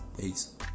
Peace